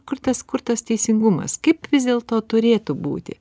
kur tas kur tas teisingumas kaip vis dėlto turėtų būti